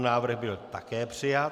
Návrh byl také přijat.